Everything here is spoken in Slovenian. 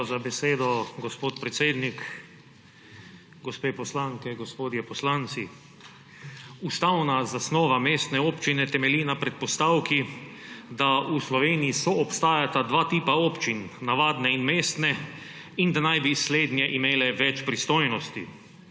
Hvala za besedo, gospod predsednik. Gospe poslanke, gospodje poslanci! Ustavna zasnova mestne občine temelji na predpostavki, da v Sloveniji soobstajata dva tipa občin, navadne in mestne, in da naj bi slednje imele več pristojnosti,